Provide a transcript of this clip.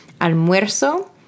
almuerzo